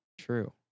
True